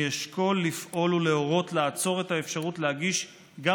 אני אשקול לפעול ולהורות לעצור את האפשרות להגיש גם